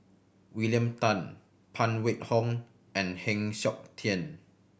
William Tan Phan Wait Hong and Heng Siok Tian